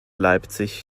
leipzig